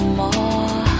more